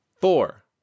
Four